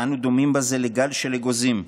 ואנו דומים בזה לגל של אגוזים,